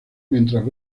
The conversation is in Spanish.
mientras